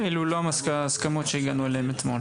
אלו לא ההסכמות שהגענו אליהן אתמול.